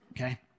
Okay